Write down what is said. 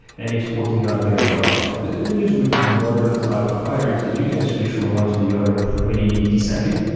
and it's working out very well the good news with with modern cloud providers is you can switch from one to the other pretty decently,